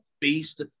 beast